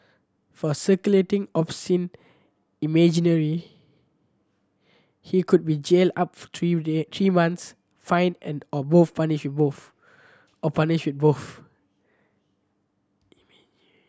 for circulating obscene he could be jailed up to three three months fined and or both punished with both or punished with both